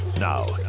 Now